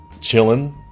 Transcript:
chilling